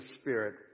Spirit